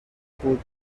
بود